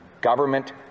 government